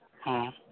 ᱦᱮᱸ